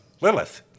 Lilith